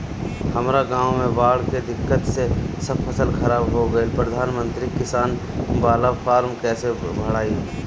हमरा गांव मे बॉढ़ के दिक्कत से सब फसल खराब हो गईल प्रधानमंत्री किसान बाला फर्म कैसे भड़ाई?